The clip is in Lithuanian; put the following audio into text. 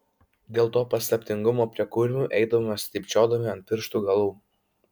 dėl to paslaptingumo prie kurmių eidavome stypčiodami ant pirštų galų